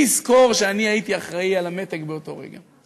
מי יזכור שאני הייתי אחראי על המתג באותו רגע?